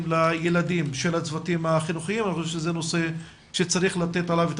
לילדים של הצוותים הרפואיים אני חושב שצריך לתת עליו את